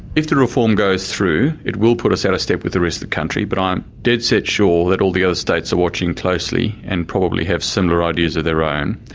if the reform goes through, it will put us out of step with the rest of the country, but i'm dead-set sure that all the other states are watching closely, and probably have similar ideas of their own.